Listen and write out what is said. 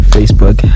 Facebook